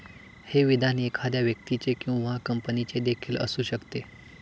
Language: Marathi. हे विधान एखाद्या व्यक्तीचे किंवा कंपनीचे देखील असू शकते